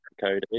Cody